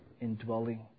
indwelling